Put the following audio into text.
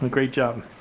great job.